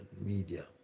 media